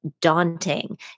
daunting